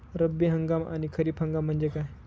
रब्बी हंगाम आणि खरीप हंगाम म्हणजे काय?